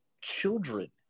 children